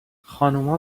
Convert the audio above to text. خانوما